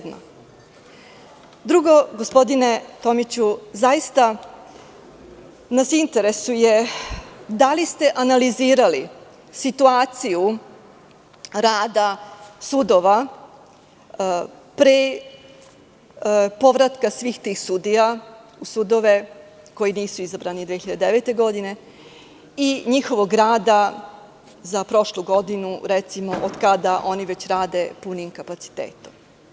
Drugo, gospodine Tomiću, zaista nas interesuje da li ste analizirali situaciju rada sudova pre povratka svih tih sudija u sudove koji nisu izabrani 2009. godine i njihovog rada za prošlu godinu, recimo, od kada oni već rade punim kapacitetom?